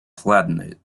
palatinate